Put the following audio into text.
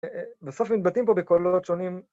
בסוף מתבטאים פה בקולות שונים.